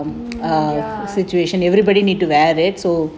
mm ya